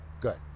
good